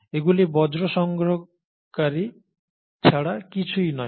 এগুলি বজ্র সংগ্রহকারী ছাড়া কিছু নয়